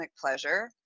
pleasure